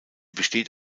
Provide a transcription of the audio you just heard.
besteht